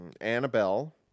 Annabelle